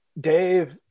Dave